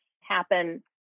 happen